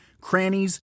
Crannies